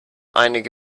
einige